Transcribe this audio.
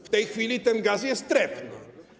W tej chwili ten gaz jest trefny.